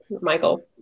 michael